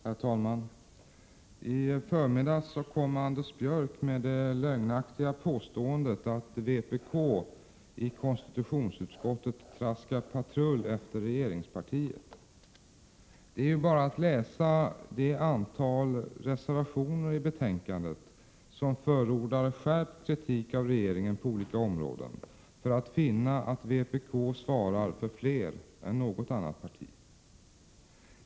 Herr talman! I förmiddags kom Anders Björck med det lögnaktiga påståendet att vpk i konstitutionsutskottet traskar patrull efter regeringspartiet. Det är ju bara att läsa hur många reservationer i betänkandet som förordar skärpt kritik av regeringen på olika områden för att finna att vpk svarar för fler än något annat parti.